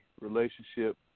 relationship